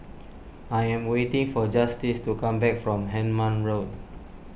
I am waiting for Justice to come back from Hemmant Road